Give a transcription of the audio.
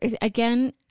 again